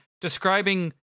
describing